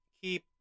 keep